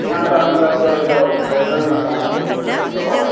या तव्हां वीचार करे चओ सेलरी तव्हां घणी वठंदव